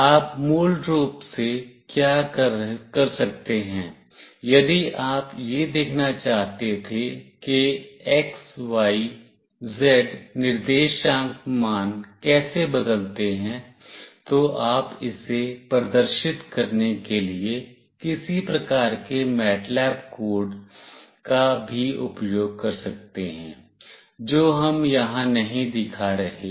आप मूल रूप से क्या कर सकते हैं यदि आप यह देखना चाहते थे कि x y z निर्देशांक मान कैसे बदलते हैं तो आप इसे प्रदर्शित करने के लिए किसी प्रकार के मैटलैब कोड का भी उपयोग कर सकते हैं जो हम यहां नहीं दिखा रहे हैं